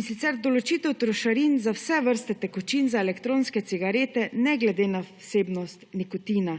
In sicer določitev trošarin za vse vrste tekočin za elektronske cigarete ne glede na osebnost nikotina.